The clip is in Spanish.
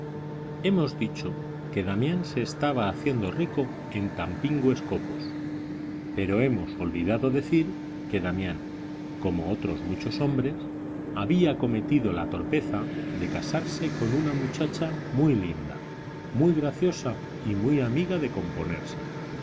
hemos dicho que damián se estaba haciendo rico en tan pingües copos pero hemos olvidado decir que damián como otros muchos hombres había cometido la torpeza de casarse con una muchacha muy linda muy graciosa y muy amiga de componerse